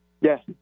Yes